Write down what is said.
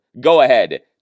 go-ahead